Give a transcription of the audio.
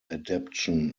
adaptation